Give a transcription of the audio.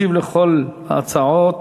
ישיב לכל ההצעות